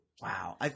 Wow